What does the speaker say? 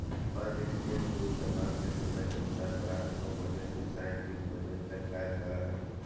Japan exchange group Japan के समय के अनुसार प्रातः नौ बजे से सायं तीन बजे तक कार्य करऽ हइ